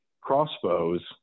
crossbows